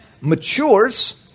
matures